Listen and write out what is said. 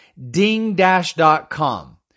dingdash.com